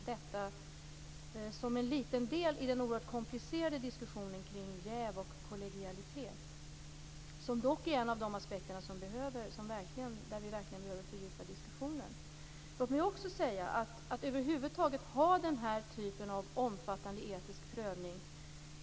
Detta som en liten del i den oerhört komplicerade diskussionen om jäv och kollegialitet, som dock är en av de aspekter där vi verkligen behöver fördjupa diskussionen. Det är inte särskilt många länder i världen som över huvud taget har den här typen av omfattande etisk prövning.